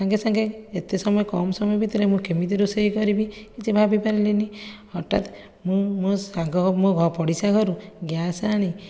ସାଙ୍ଗେ ସାଙ୍ଗେ ଏତେ ସମୟ କମ ସମୟ ଭିତରେ କେମିତି ରୋଷେଇ କରିବି କିଛି ଭାବି ପାରିଲିନି ହଠାତ ମୁଁ ମୋ ସାଙ୍ଗ ଘରୁ ପଡ଼ିଶା ଘରୁ ଗ୍ୟାସ ଆଣି